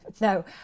No